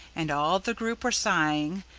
and all the group were sighing,